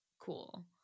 cool